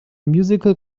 musical